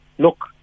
look